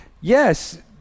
yes